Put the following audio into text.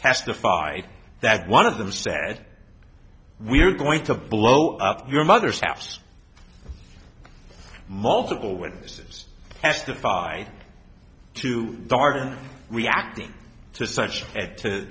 testified that one of them said we're going to blow up your mother's house multiple witnesses testified to darden reacting to such add to